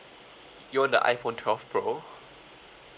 you want the iphone twelve pro